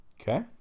Okay